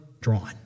drawn